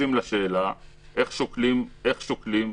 מתייחסים לשאלה איך שוקלים לגבי הגיוס